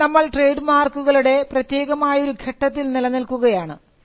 ഇപ്പോൾ നമ്മൾ ട്രേഡ് മാർക്കുകളുടെ പ്രത്യേകമായ ഒരു ഘട്ടത്തിൽ നിൽക്കുകയാണ്